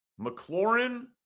McLaurin